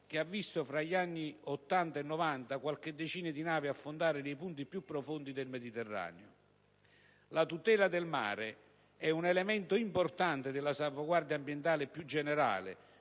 che ha visto tra gli anni Ottanta e Novanta qualche decina di navi affondare nei punti più profondi del Mediterraneo, la tutela del mare è un elemento importante della salvaguardia ambientale più generale,